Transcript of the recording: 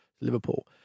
Liverpool